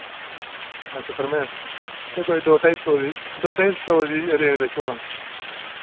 अच्छा परमानेंट एह् कोई दो ढाई सौ दी दो ढाई सौ दी रेंज बिच होना